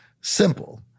simple